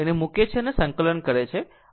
આ તેને મૂકે છે અને સંકલન કરે છે